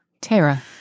Tara